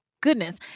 Goodness